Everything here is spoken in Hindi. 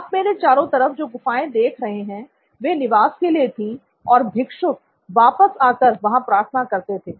आप मेरे चारों तरफ जो गुफाएं देख रहे हैं वे निवास के लिए थी और भिक्षुक वापस आकर यहां प्रार्थना करते थे